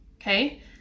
okay